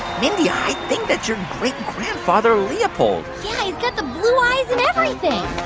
mindy, i think that's your great-grandfather leopold yeah, he's got the blue eyes and everything